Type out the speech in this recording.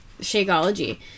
Shakeology